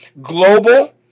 global